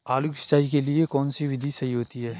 आलू की सिंचाई के लिए कौन सी विधि सही होती है?